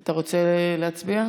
אתה רוצה להצביע?